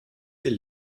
will